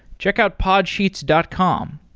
check out podsheets dot com.